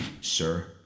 sir